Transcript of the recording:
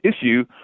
issue